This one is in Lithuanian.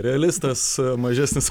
realistas mažesnis